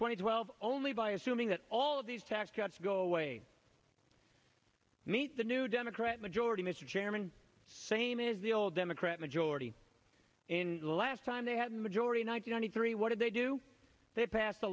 twenty twelve only by assuming that all of these tax cuts go away meet the new democrat majority mr chairman same is the old democrat majority in the last time they had a majority ninety three what did they do they passed the